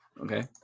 Okay